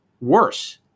worse